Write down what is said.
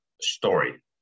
story